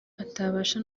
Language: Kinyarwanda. atabasha